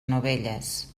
novelles